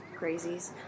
crazies